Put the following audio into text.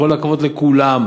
וכל הכבוד לכולם,